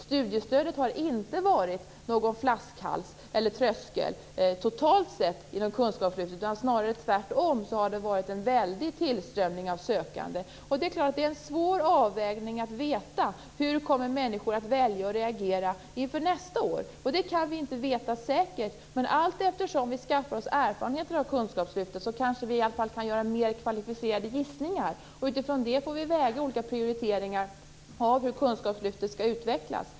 Studiestödet har inte varit någon tröskel totalt sett inom kunskapslyftet, utan det varit en väldig tillströmning av sökande. Det är en svår avvägning att bedöma hur människor kommer att välja och reagera inför nästa år. Det kan vi inte veta säkert, men allteftersom vi skaffar erfarenheter av kunskapslyftet kanske vi kan göra mer kvalificerade gissningar. Utifrån det får vi väga olika prioriteringar för hur kunskapslyftet skall utvecklas.